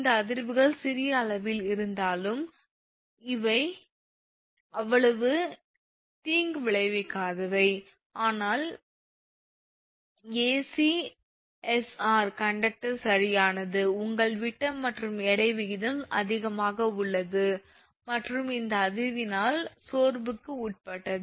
இந்த அதிர்வுகள் சிறிய அளவில் இருந்தாலும் இவை அவ்வளவு தீங்கு விளைவிக்காதவை ஆனால் ஏசிஎஸ்ஆர் கண்டக்டர் சரியானது உங்கள் விட்டம் மற்றும் எடை விகிதம் அதிகமாக உள்ளது மற்றும் இந்த அதிர்வினால் சோர்வுக்கு உட்பட்டது